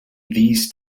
these